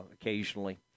occasionally